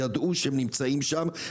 ידעו שהם נמצאים שם,